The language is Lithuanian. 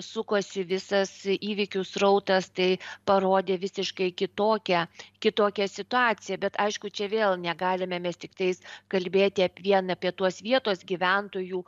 sukosi visas įvykių srautas tai parodė visiškai kitokią kitokią situaciją bet aišku čia vėl negalime mes tiktais kalbėti ap vien apie tuos vietos gyventojų